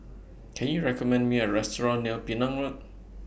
Can YOU recommend Me A Restaurant near Penang Road